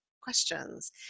questions